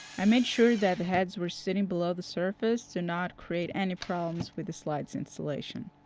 i made sure that the heads were sitting below the surface to not create any problems with the slides installation.